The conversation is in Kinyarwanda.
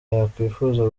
yakwifuza